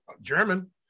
German